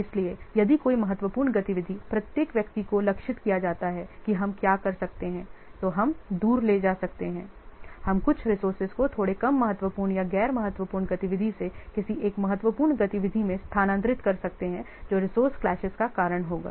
इसलिए यदि कोई महत्वपूर्ण गतिविधि प्रत्येक व्यक्ति को लक्षित किया जाता है कि हम क्या कर सकते हैं तो हम दूर ले जा सकते हैं हम कुछ रिसोर्सेज को थोड़े कम महत्वपूर्ण या गैर महत्वपूर्ण गतिविधि से किसी एक महत्वपूर्ण गतिविधि में स्थानांतरित कर सकते हैं जो रिसोर्स clashes का कारण होगा